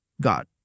God